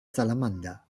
salamander